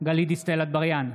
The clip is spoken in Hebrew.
גלית דיסטל אטבריאן,